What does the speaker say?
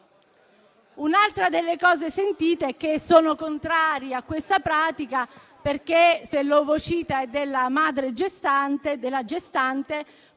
Un'altra delle cose sentite è che si è contrari a questa pratica perché se l'ovocita è della gestante poi ci sono